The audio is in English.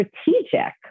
strategic